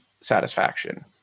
satisfaction